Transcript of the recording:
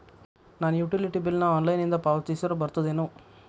ನಾನು utility bill ನ ಆನ್ಲೈನಿಂದ ಪಾವತಿಸಿದ್ರ ಬರ್ತದೇನು?